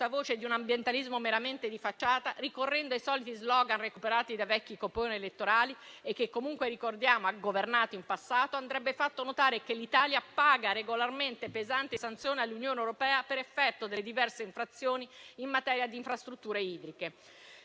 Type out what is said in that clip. portavoce di un ambientalismo meramente di facciata, ricorrendo ai soliti *slogan* recuperati da vecchi copioni elettorali, e che comunque - ricordiamolo - ha governato in passato, andrebbe fatto notare che l'Italia paga regolarmente pesanti sanzioni all'Unione europea per effetto delle diverse infrazioni in materia di infrastrutture idriche.